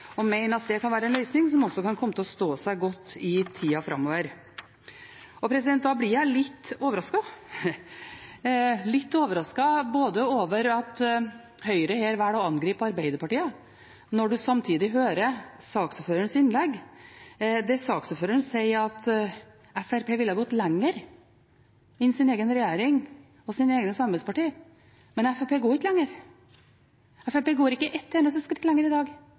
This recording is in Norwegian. også kan komme til å stå seg godt i tida framover. Jeg blir litt overrasket over at Høyre her velger å angripe Arbeiderpartiet, når man samtidig hører saksordføreren si i innlegg at Fremskrittspartiet ville gått lenger enn egen regjering og egne samarbeidspartier. Men Fremskrittspartiet går ikke lenger. Fremskrittspartiet går ikke ett eneste skritt lenger i dag.